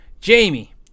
Jamie